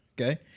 Okay